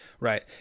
Right